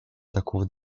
такого